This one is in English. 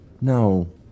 No